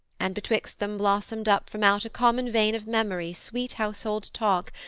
and betwixt them blossomed up from out a common vein of memory sweet household talk,